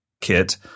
kit